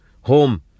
Home